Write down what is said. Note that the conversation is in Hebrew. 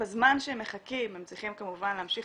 בזמן שהם מחכים הם צריכים כמובן להמשיך